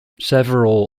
several